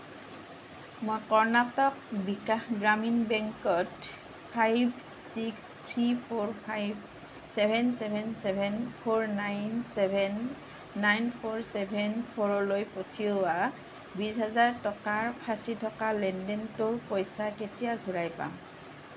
মই কৰ্ণাটক বিকাশ গ্ৰামীণ বেংকত five six three four five seven seven seven four nine seven nine four seven ফ'ৰলৈ পঠিওৱা বিছ হাজাৰ টকাৰ ফঁচি থকা লেনদেনটোৰ পইচা কেতিয়া ঘূৰাই পাম